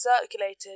circulated